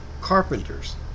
carpenters